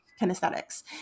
kinesthetics